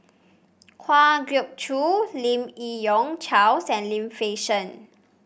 Kwa Geok Choo Lim Yi Yong Charles and Lim Fei Shen